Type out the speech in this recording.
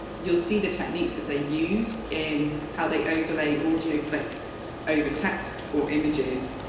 you will see the techniques that they use in how they overlay audio clips over text or images,